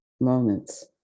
moments